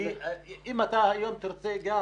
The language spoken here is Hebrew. אם אתה היום תרצה גם